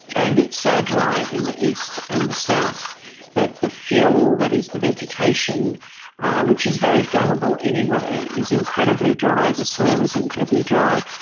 and it's so dry in the east and the south that the fuel that is the vegetation which is very flammable anyway, is incredibly dry. the soil is incredibly dry.